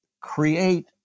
create